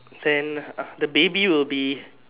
then ah the baby will be